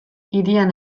hirian